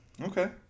Okay